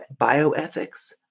bioethics